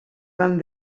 van